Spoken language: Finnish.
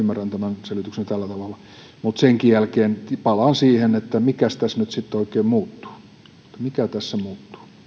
tämän selityksen tällä tavalla mutta senkin jälkeen palaan siihen että mikäs tässä nyt sitten oikein muuttuu mikä tässä